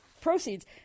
proceeds